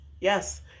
Yes